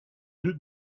deux